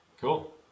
Cool